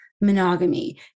monogamy